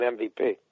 MVP